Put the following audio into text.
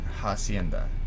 hacienda